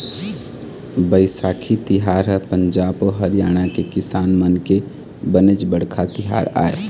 बइसाखी तिहार ह पंजाब अउ हरियाणा के किसान मन के बनेच बड़का तिहार आय